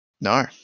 No